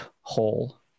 hole